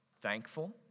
thankful